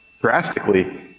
drastically